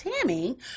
Tammy